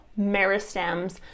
meristems